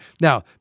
Now